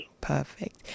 Perfect